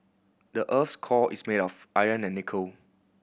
the earth's core is made of iron and nickel